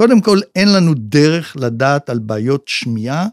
קודם כל אין לנו דרך לדעת על בעיות שמיעה